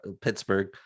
pittsburgh